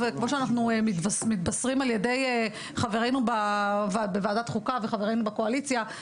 כמו שאנחנו מתבשרים על ידי חברינו בוועדת חוקה וחברינו בקואליציה,